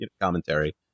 commentary